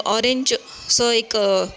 ओरेंजसो एक